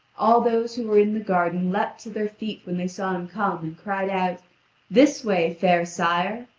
all those who were in the garden leaped to their feet when they saw him come, and cried out this way, fair sire.